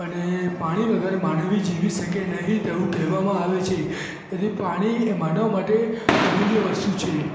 અને પાણી વગર માનવી જીવી શકે નહીં તેવું કહેવામાં આવે છે અને પાણી એ માનવ માટે અમૂલ્ય વસ્તુ છે